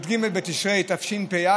עד י"ג בתשרי התשפ"א.